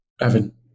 Evan